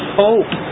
hope